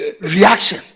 reaction